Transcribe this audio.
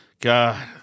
God